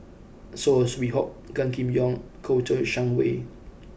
saw Swee Hock Gan Kim Yong and Kouo Shang Wei